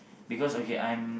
because okay I'm